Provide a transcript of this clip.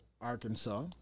Arkansas